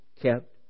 kept